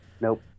nope